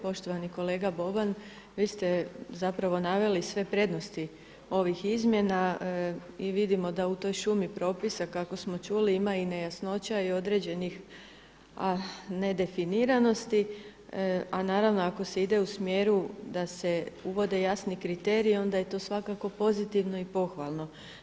Poštovani kolega Boban, vi ste zapravo naveli sve prednosti ovih izmjena i vidimo da u toj šumi propisa kako smo čuli ima i nejasnoća i određenih nedefiniranosti, a naravno ako se ide u smjeru da se uvode jasni kriteriji onda je to svakako pozitivno i pohvalno.